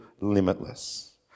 limitless